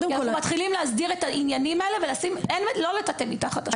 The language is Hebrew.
כי אנחנו מתחילים להסדיר את העניינים הלאה ולא לטאטא דברים מתחת לשטיח.